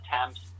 attempts